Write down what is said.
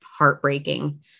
heartbreaking